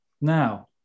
now